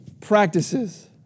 practices